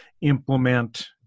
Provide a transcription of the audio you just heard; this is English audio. implement